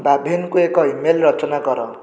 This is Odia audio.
ବାଭେନ୍କୁ ଏକ ଇମେଲ୍ ରଚନା କର